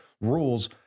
rules